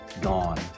gone